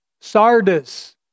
sardis